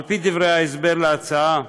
על פי דברי ההסבר להצעה,